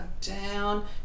down